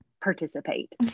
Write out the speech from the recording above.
participate